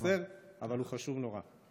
אני אשתדל ממש ממש לקצר, אבל הוא חשוב נורא: